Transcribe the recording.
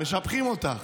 משבחים אותך.